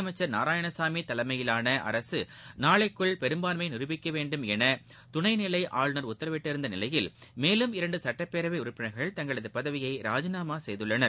புதுச்சேரியில் முதலமைச்சர நாராயணசாமி தலைமையிலான அரசு நாளைக்குள் பெரும்பாண்மையை நிரூபிக்க வேண்டும் என துணை நிலை ஆளுநர் உத்தரவிட்டிருந்த நிலையில் மேலும் இரண்டு சட்டப்பேரவை உறுப்பினர்கள் தங்களது பதவியை ராஜினாமா செய்துள்ளனர்